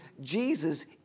Jesus